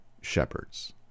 shepherds